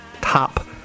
Top